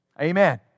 Amen